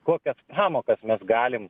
kokias pamokas mes galim